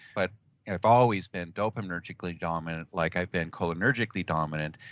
but and i've always been dopaminergically dominant like i've been cholinergically dominant.